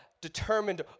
determined